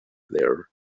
there